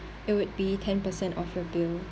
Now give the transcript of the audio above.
it would be ten percent off your bill